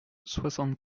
soixante